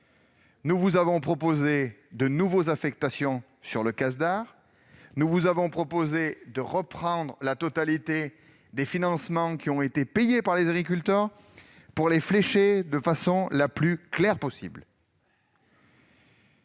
Nous vous avons proposé de nouvelles affectations sur le Casdar ; nous vous avons proposé de reprendre la totalité des financements qui ont été payés par les agriculteurs pour les flécher de façon la plus claire possible